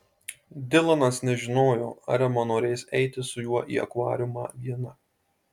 dilanas nežinojo ar ema norės eiti su juo į akvariumą viena